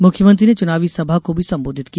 मुख्यमंत्री ने चूनावी सभा को भी संबोधित किया